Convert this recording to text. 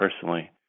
personally